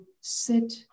sit